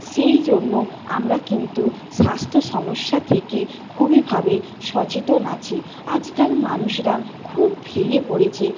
সেই জন্য আমরা কিন্তু স্বাস্থ্য সমস্যা থেকে খুবই ভাবে সচেতন আছি আজকাল মানুষরা খুব ভেঙে পড়েছে